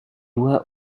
were